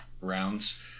rounds